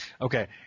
Okay